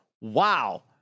wow